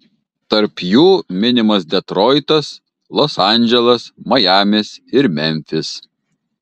tarp jų minimas detroitas los andželas majamis ir memfis